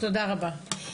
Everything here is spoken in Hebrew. תודה רבה.